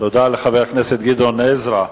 תודה לחבר הכנסת גדעון עזרא.